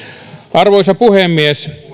arvoisa puhemies